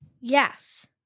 Yes